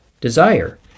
desire